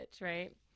Right